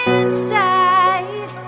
inside